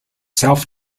self